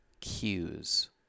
cues